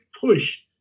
push